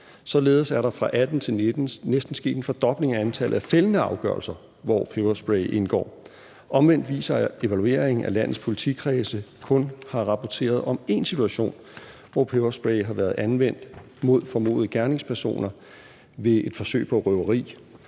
Således er der fra 2018 til 2019 næsten sket en fordobling af antallet af fældende afgørelser, hvor peberspray indgår. Omvendt viser evalueringen, at landets politikredse kun har rapporteret om én situation, hvor peberspray har været anvendt mod formodede gerningspersoner ved et forsøg på røveri,